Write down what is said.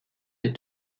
des